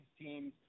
teams